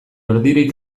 erdirik